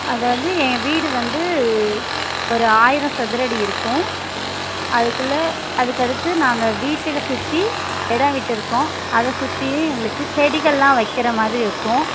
அதாவது என் வீடு வந்து ஒரு ஆயிரம் சதுரடி இருக்கும் அதுக்குள்ளே அதுக்கடுத்து நாங்கள் வீட்டு சுற்றி இடம் விட்டிருக்கோம் அதை சுற்றியும் எங்களுக்கு செடிகளெலாம் வைக்கிற மாதிரி இருக்கும்